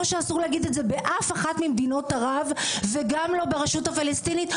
שאסור להגיד את זה באף אחת ממדינות ערב וגם לא ברשות הפלסטינית.